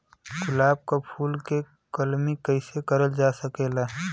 गुलाब क फूल के कलमी कैसे करल जा सकेला?